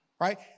right